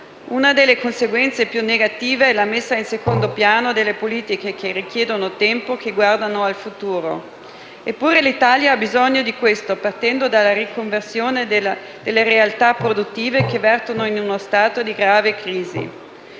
Una delle conseguenze più negative è la messa in secondo piano delle politiche che richiedono tempo, che guardano al futuro. Eppure l'Italia ha bisogno di questo, partendo dalla riconversione delle realtà produttive che versano in uno stato di grave crisi.